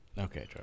Okay